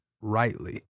rightly